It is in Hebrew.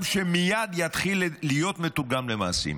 שמייד הוא הוא יתחיל להיות מתורגם למעשים.